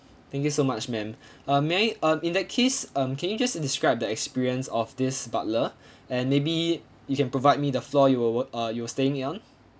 thank you so much ma'am uh may I um in that case um can you just describe the experience of this butler and maybe you can provide me the floor you w~ were uh you were staying on